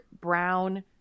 brown